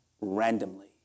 randomly